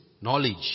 knowledge